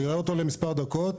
הוא יראה אותו למספר דקות.